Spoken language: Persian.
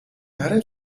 نره